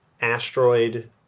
Asteroid